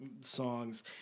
songs